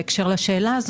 בבקשה.